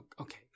okay